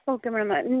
okay madam